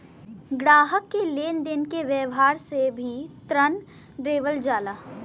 ग्राहक के लेन देन के व्यावहार से भी ऋण देवल जाला